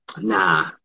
nah